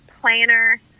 planner